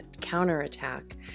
counterattack